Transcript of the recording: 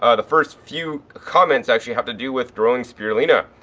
ah the first few comments actually have to do with growing spirulina,